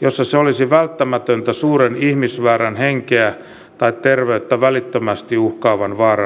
jossa se olisi välttämätöntä suuren ihmismäärän henkeä tai terveyttä välittömästi uhkaavan vaaran torjumiseksi